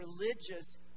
religious